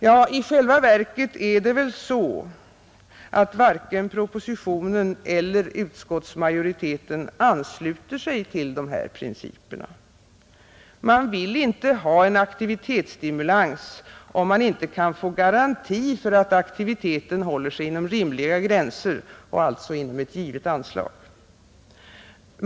Ja, i själva verket är det väl så att varken propositionen eller utskottsmajoriteten ansluter sig till de här principerna. Man vill inte ha en aktivitetsstimulans, om man inte kan få garanti för att aktiviteten håller sig inom rimliga gränser och alltså inom ett givet anslag.